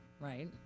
Right